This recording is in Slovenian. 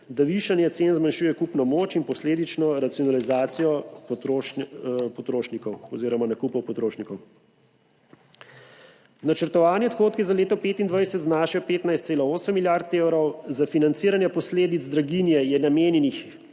da višanje cen zmanjšuje kupno moč in posledično racionalizacijo potrošnikov oziroma nakupov potrošnikov. Načrtovani odhodki za leto 2025 znašajo 15,8 milijarde evrov, za financiranje posledic draginje je namenjenih